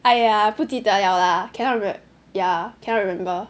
!aiya! 不记得 liao lah cannot remem~ ya cannot remember